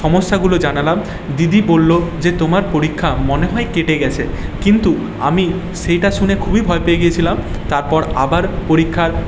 সমস্যাগুলো জানালাম দিদি বললো যে তোমার পরীক্ষা মনে হয় কেটে গেছে কিন্তু আমি সেইটা শুনে খুবই ভয় পেয়ে গেছিলাম তারপর আবার পরীক্ষার